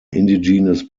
indigenous